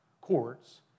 courts